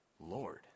Lord